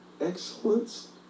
excellence